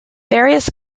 various